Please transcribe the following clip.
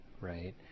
right